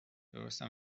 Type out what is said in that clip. درسته